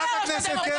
חברת הכנסת קרן ברק.